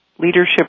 leadership